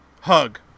hug